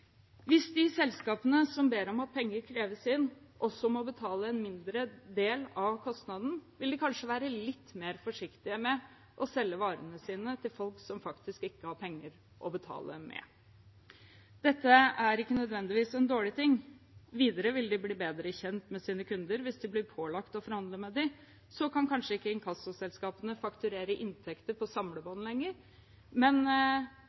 Hvis de selskapene som ber om at penger kreves inn, også må betale en mindre del av kostnaden, vil de kanskje være litt mer forsiktige med å selge varene sine til folk som faktisk ikke har penger å betale med. Dette er ikke nødvendigvis en dårlig ting. Videre vil de bli bedre kjent med sine kunder hvis de blir pålagt å forhandle med dem. Så kan kanskje ikke inkassoselskapene fakturere inntekter på samlebånd lenger, men